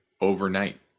overnight